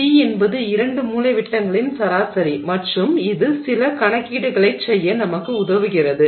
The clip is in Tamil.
d என்பது இரண்டு மூலைவிட்டங்களின் சராசரி d1d22 மற்றும் இது சில கணக்கீடுகளைச் செய்ய நமக்கு உதவுகிறது